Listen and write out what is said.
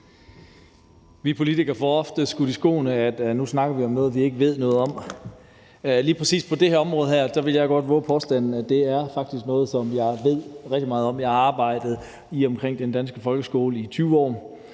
Vi politikere bliver ofte skudt i skoene, at vi snakker om noget, vi ikke ved noget om. Lige præcis på det her område vil jeg godt vove den påstand, at det faktisk er noget, som jeg ved rigtig meget om. Jeg har arbejdet i og omkring den danske folkeskole i 20 år,